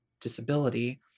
disability